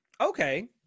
Okay